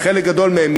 חלק גדול מהם,